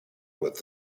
with